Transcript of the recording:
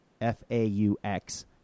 F-A-U-X